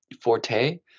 forte